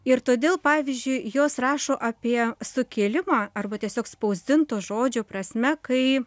ir todėl pavyzdžiui jos rašo apie sukilimą arba tiesiog spausdinto žodžio prasme kai